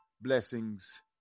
Blessings